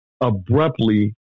abruptly